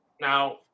Now